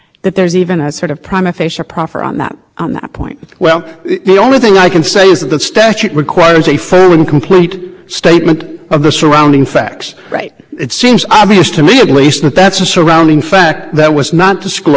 surrounding fact that was not disclosed in the initial application i cannot argue that there was bias i cannot argue that there's a smoking gun there i cannot do that because it was never brought up and one might say that it was biased to include it a judge would say this is someone that we put a lot